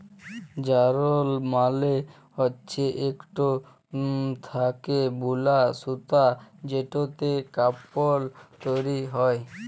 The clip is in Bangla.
যারল মালে হচ্যে কটল থ্যাকে বুলা সুতা যেটতে কাপল তৈরি হ্যয়